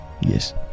Yes